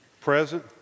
present